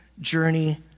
journey